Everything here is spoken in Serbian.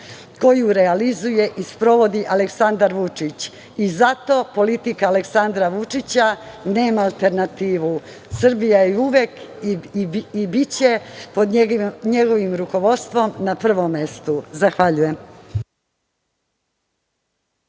koju realizuje i sprovodi Aleksandar Vučić. I zato politika Aleksandra Vučića nema alternativu. Srbija je uvek bila i biće pod njegovim rukovodstvom na prvom mestu. Zahvaljujem.